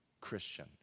Christian